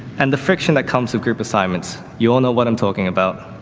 and the friction that comes with group assignments, you all know what i'm talking about,